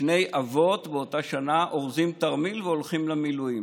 שני אבות באותה שנה אורזים תרמיל והולכים למילואים.